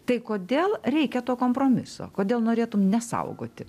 tai kodėl reikia to kompromiso kodėl norėtum nesaugoti